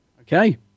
okay